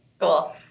Cool